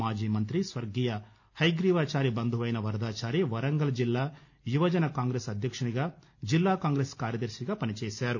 మాజీ మంత్రి స్వర్గీయ హయగ్రీవాచారి బంధువైన వరదాచారి వరంగల్ జిల్లా యువజన కాంగ్రెస్ అధ్యక్షున్నిగా జిల్లా కాంగ్రెస్ కార్యదర్శిగా పని చేశారు